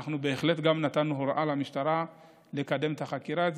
אנחנו בהחלט גם נתנו הוראה למשטרה לקדם את החקירה הזאת